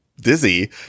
dizzy